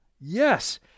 Yes